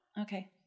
Okay